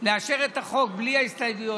לאשר את החוק בלי ההסתייגויות,